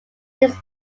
his